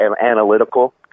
analytical